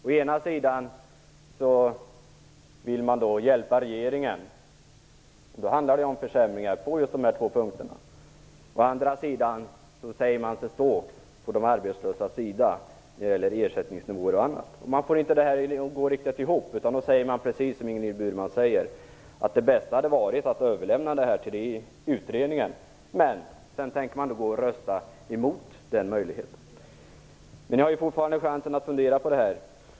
Å ena sidan vill de hjälpa regeringen - då handlar det om försämringar på just dessa två punkter. Å andra sidan säger de sig stå på de arbetslösas sida när det gäller ersättningsnivåer etc. De får inte detta att gå ihop riktigt utan säger precis som Ingrid Burman, att det bästa hade varit att överlämna frågorna till utredningen. Samtidigt tänker de rösta emot den möjligheten. Men ni har fortfarande chansen att fundera.